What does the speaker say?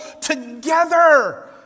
together